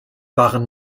waren